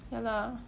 ya lah